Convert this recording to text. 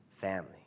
family